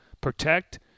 protect